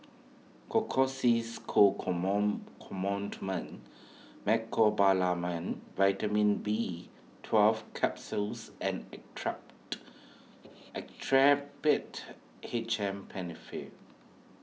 Co Ointment Mecobalamin Vitamin B Twelve Capsules and Actrapid Actrapid H M Penfill